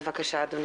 בבקשה, אדוני.